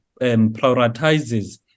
prioritizes